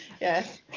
yes